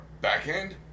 backhand